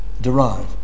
derive